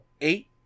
eight